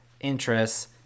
interests